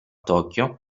tokyo